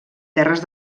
terres